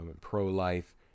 pro-life